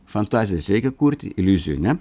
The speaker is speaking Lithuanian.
fantazijas reikia kurti iliuzijų ne